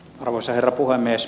arvoisa herra puhemies